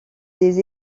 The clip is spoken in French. des